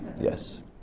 yes